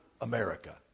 America